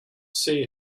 see